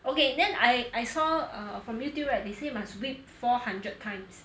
okay then I I saw err from youtube right they say must whip four hundred times